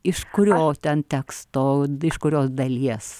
iš kurio ten teksto iš kurios dalies